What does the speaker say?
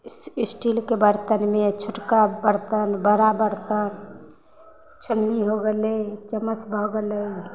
स्टीलके बरतनमे छोटका बरतन बड़ा बरतन छोलनी हो गेलै चम्मच भऽ गेलै